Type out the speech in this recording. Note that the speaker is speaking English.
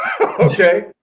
Okay